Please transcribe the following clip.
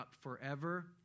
forever